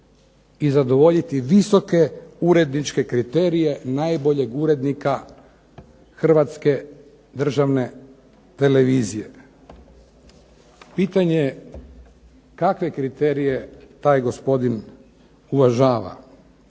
i zadovoljiti visoke uredničke kriterije najboljeg urednika HRvatske državne televizije. Pitanje kakve kriterije taj gospodin uvažava?